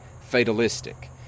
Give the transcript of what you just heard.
fatalistic